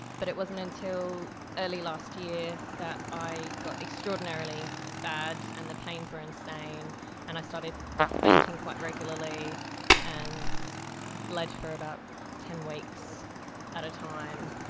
but it wasn't until early last year that i got extraordinarily bad and the pains were insane and i started fainting quite regularly and bled for about ten weeks at a time.